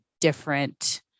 different